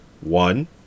one